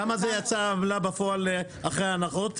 כמה יצא עמלה בפועל אחרי הנחות?